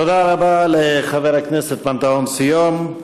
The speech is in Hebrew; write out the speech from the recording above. תודה רבה לחבר הכנסת פנתהון סיום.